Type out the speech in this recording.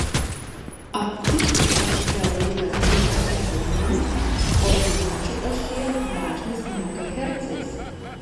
abscisių ašyje laikas mikrosekundėmis ordinačių ašyje dažnis megahercais